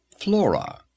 Flora